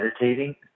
meditating